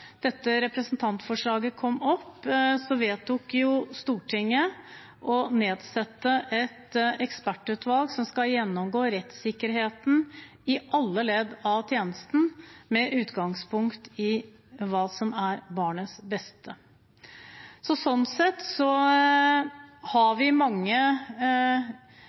dette representantforslaget kom, vedtok Stortinget å nedsette et ekspertutvalg som skal gjennomgå rettssikkerheten i alle ledd av tjenesten, med utgangspunkt i hva som er barnets beste. Sånn sett har vi mange